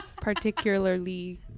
Particularly